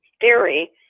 theory